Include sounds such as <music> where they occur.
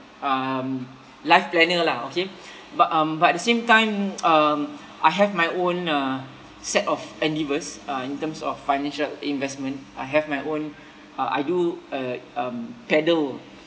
um life planner lah okay but um but at the same time <noise> um I have my own uh set of endeavours uh in terms of financial investment I have my own uh I do uh um paddle